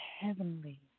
heavenly